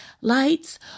lights